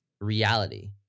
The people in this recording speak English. reality